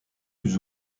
plus